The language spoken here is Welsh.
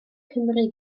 cymry